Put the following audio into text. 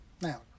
Now